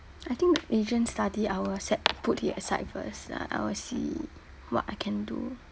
I think the asian study I will set put it aside first like I will see what I can do